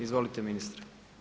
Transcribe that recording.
Izvolite ministre.